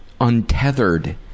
untethered